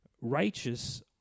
righteous